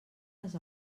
les